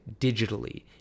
digitally